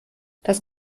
das